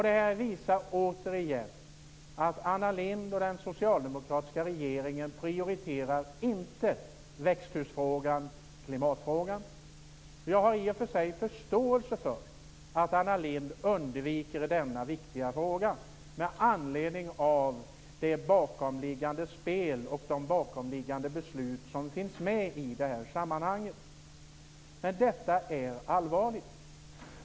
Detta visar återigen att Anna Lindh och den socialdemokratiska regeringen inte prioriterar det som gäller växthuseffekten och klimatfrågan. Jag har i och för sig förståelse för att Anna Lindh undviker denna viktiga fråga med anledning av det bakomliggande spelet och de bakomliggande besluten i detta sammanhang. Detta är allvarligt.